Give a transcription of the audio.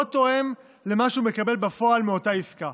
תואם למה שהוא מקבל בפועל באותה עסקה.